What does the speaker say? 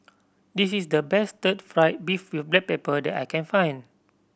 this is the best stir fried beef with black pepper that I can find